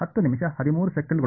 ಹೌದು